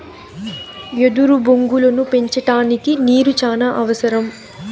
ఎదురు బొంగులను పెంచడానికి నీరు చానా అవసరం